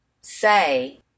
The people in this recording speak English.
say